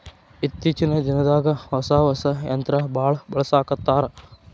ಇತ್ತೇಚಿನ ದಿನದಾಗ ಹೊಸಾ ಹೊಸಾ ಯಂತ್ರಾ ಬಾಳ ಬಳಸಾಕತ್ತಾರ